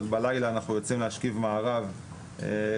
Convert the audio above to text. עוד בלילה אנחנו יוצאים להשכיב מארב כולל